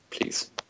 please